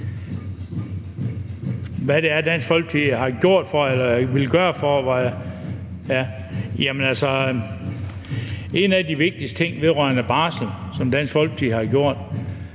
hvad Dansk Folkeparti har gjort og vil gøre for det. En af de vigtigste ting vedrørende barsel, som Dansk Folkeparti har gjort,